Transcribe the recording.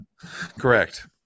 correct